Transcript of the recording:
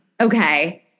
Okay